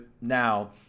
now